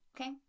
Okay